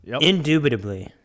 Indubitably